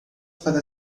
para